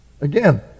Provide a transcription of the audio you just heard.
Again